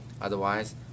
Otherwise